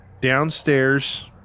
downstairs